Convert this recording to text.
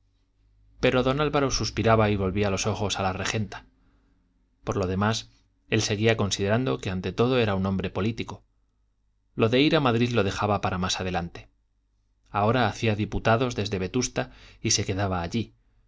pero don álvaro suspiraba y volvía los ojos a la regenta por lo demás él seguía considerando que ante todo era un hombre político lo de ir a madrid lo dejaba para más adelante ahora hacía diputados desde vetusta y se quedaba allí